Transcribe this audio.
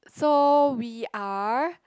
so we are